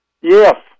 Yes